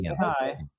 hi